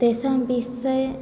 तेषां विषये